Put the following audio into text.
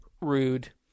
rude